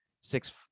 six